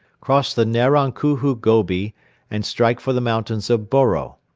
cross the naron khuhu gobi and strike for the mountains of boro.